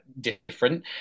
different